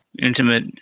intimate